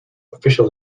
official